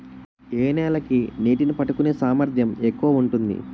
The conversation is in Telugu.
ఏ నేల కి నీటినీ పట్టుకునే సామర్థ్యం ఎక్కువ ఉంటుంది?